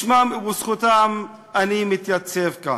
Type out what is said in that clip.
בשמם ובזכותם אני מתייצב כאן.